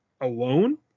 alone